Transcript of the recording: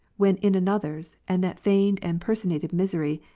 when in another's and that feigned and personated misery,